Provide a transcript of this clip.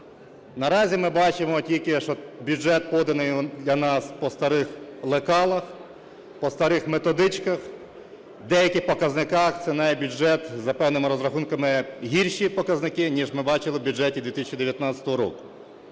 Наразі ми бачимо тільки, що бюджет поданий для нас по старих лекалах, по старих методичках, деяких показниках, це навіть бюджет, за певними розрахунками гірші показники, ніж ми бачили в бюджеті 2019 року.